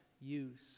use